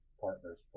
partners